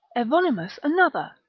evonimus another.